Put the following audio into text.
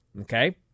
okay